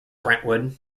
brentwood